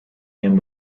him